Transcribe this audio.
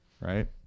Right